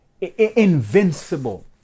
invincible